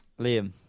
Liam